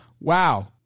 Wow